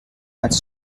much